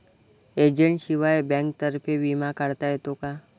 एजंटशिवाय बँकेतर्फे विमा काढता येतो का?